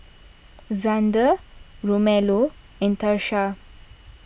Zander Romello and Tarsha